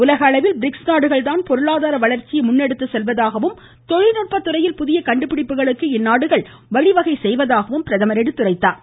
உலக அளவில் பிரிக்ஸ் நாடுகள் தான் பொருளாதார வளர்ச்சியை முன்னெடுத்துச் செல்வதாகவும் தொழில்நுட்ப துறையில் புதிய கண்டுபிடிப்புகளுக்கு இந்நாடுகள் வழிவகை செய்துள்ளதாகவும் பிரதமர் குறிப்பிட்டார்